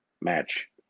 match